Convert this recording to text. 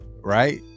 Right